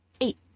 Eight